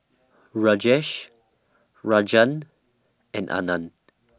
Rajesh Rajan and Anand